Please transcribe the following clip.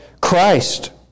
Christ